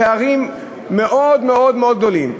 פערים מאוד מאוד מאוד גדולים.